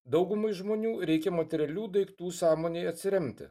daugumai žmonių reikia materialių daiktų sąmonei atsiremti